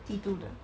T two 的